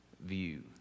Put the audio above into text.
view